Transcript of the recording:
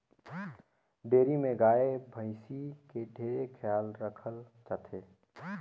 dairy में गाय, भइसी के ढेरे खयाल राखल जाथे